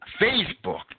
Facebook